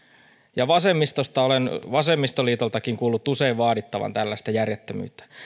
ja vasemmistosta olen vasemmistoliitoltakin kuullut usein vaadittavan tällaista järjettömyyttä